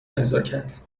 نزاکت